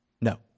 No